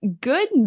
good